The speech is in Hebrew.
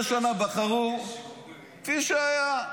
75 שנה בחרו כפי שהיה,